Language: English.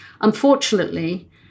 Unfortunately